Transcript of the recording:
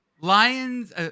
Lion's